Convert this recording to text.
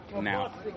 now